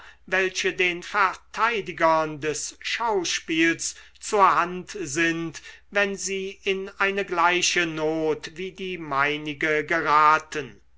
welche den verteidigern des schauspiels zur hand sind wenn sie in eine gleiche not wie die meinige geraten